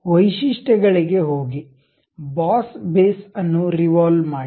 ವೈಶಿಷ್ಟ್ಯಗಳಿಗೆ ಹೋಗಿ bass base ಅನ್ನು ರಿವಾಲ್ವ್ ಮಾಡಿ